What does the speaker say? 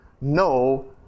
no